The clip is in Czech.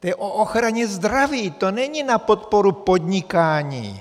To je o ochraně zdraví, to není na podporu podnikání.